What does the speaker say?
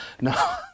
No